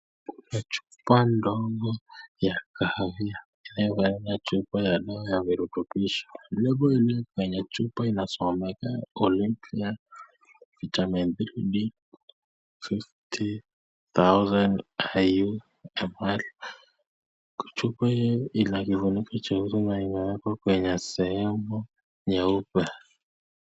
Kuna chupa ndogo ya kahawia inayovirotobisha, iliyopo kwenye chupa insomeka Olympia Vitamin D3 50,000 IU/ml,chupa hii ina kifuniko jeusi kwenye sehemu nyeupe.